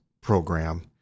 program